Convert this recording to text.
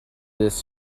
this